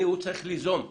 הוא צריך ליזום שחרור.